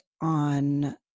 on